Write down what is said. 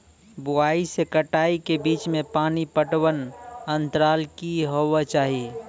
बुआई से कटाई के बीच मे पानि पटबनक अन्तराल की हेबाक चाही?